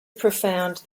profound